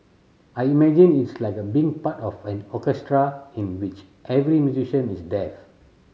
I imagine it's like being part of an orchestra in which every musician is deaf